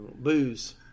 booze